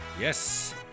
Yes